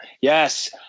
Yes